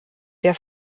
der